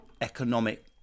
economic